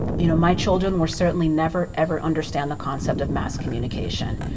you know, my children will certainly never, ever understand the concept of mass communication.